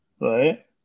right